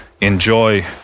enjoy